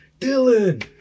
Dylan